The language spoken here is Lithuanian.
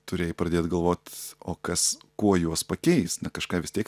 turėjai pradėt galvot o kas kuo juos pakeist na kažką vis tiek